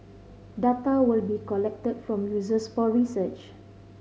data will be collected from users for research